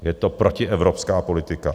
Je to protievropská politika.